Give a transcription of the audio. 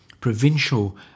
provincial